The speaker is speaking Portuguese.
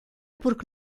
porque